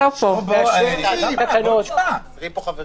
אני לא רוצה שיהיה מצב שלא יהיה שום סעיף שחל על זה.